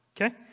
Okay